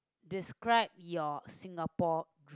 describe your Singapore